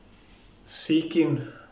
Seeking